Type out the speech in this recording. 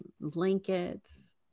blankets